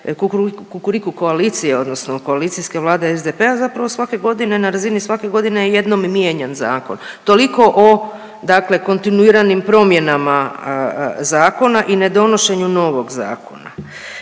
Kukuriku koalicijske, odnosno koalicijske vlade SDP-a zapravo svake godine na razini svake godine je jednom mijenjan zakon. Toliko o dakle kontinuiranim promjenama zakona i nedonošenju novog zakona.